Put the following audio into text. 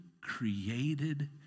created